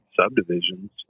subdivisions